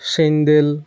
sandal